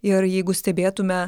ir jeigu stebėtume